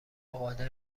قادر